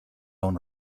own